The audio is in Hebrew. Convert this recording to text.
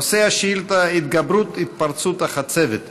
נושא השאילתה: התגברות התפרצות החצבת.